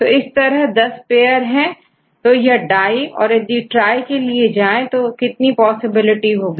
तो इस तरह से 10 पेयर हैं तो यह डाई और यदि ट्राई के लिए जाएं तो कितनी पॉसिबिलिटी होगी